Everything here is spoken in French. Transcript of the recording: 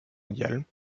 mondiale